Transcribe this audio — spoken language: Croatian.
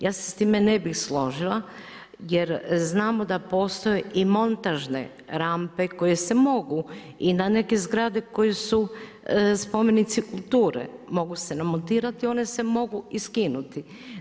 Ja se s time ne bih složila, jer znamo da postoje i montažne rampe koje se mogu i na neke zgrade koje su spomenici kulture, mogu se na montirati i one se mogu i skinuti.